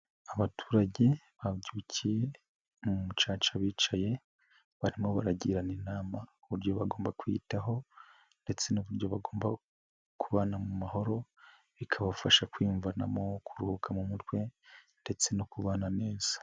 Abaturage babyukiye mu macaca bicaye, barimo baragirana inama uburyo bagomba kwiyitaho, ndetse n'uburyo bagomba kubana mu mahoro, bikabafasha kwiyumvanamo kuruhuka mu mutwe, ndetse no kubana neza.